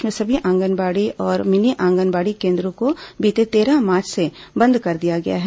प्रदेश में सभी आंगनबाड़ी और मिनी आंगनबाड़ी केन्द्रों को बीते तेरह मार्च से बंद कर दिया गया है